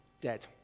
dead